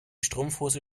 strumpfhose